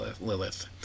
Lilith